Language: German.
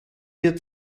wir